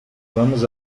vamos